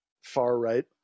far-right